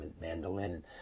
mandolin